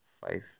five